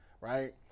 right